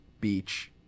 beach